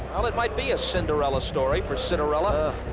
well, it might be a cinderella story for citarella.